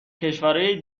کشورای